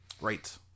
Right